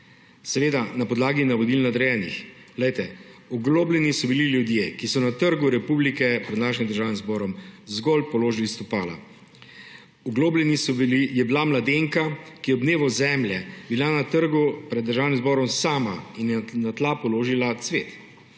seveda na podlagi navodil nadrejenih. Oglobljeni so bili ljudje, ki so na Trg republike pred našim Državnim zborom zgolj položili stopala. Oglobljena je bila mladenka, ki je bila ob dnevu Zemlje na trgu pred Državnim zborom sama in je na tla položila cvet,